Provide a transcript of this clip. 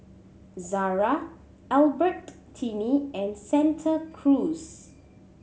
Zara Albertini and Santa Cruz